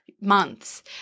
months